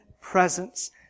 presence